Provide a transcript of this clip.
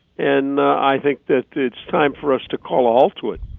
and i think that it's time for us to call a halt to it.